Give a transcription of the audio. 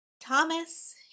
Thomas